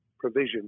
provision